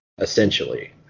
essentially